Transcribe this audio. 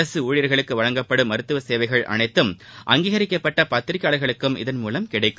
அரசு ஊழியர்களுக்கு வழங்கப்படும் மருத்துவசேவைகள் அனைத்தும் அங்கீகரிக்கப்பட்ட பத்திரிக்கையாளா்களுக்கும் இதன் மூலம் கிடைக்கும்